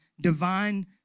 divine